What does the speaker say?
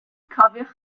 cofiwch